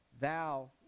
thou